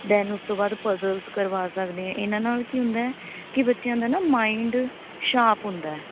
then ਉਸ ਤੋਂ ਬਾਅਦ ਪਜ਼ਲਜ ਕਰਵਾ ਸਕਦੇ ਹਾਂ ਇਨ੍ਹਾਂ ਨਾਲ ਕੀ ਹੁੰਦਾ ਕਿ ਬੱਚਿਆਂ ਦਾ ਨਾ ਮਾਈਂਡ ਸ਼ਾਪ ਹੁੰਦਾ